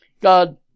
God